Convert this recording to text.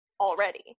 already